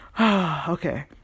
Okay